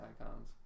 icons